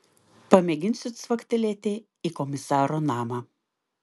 pamėginsiu cvaktelėti į komisaro namą